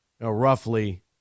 roughly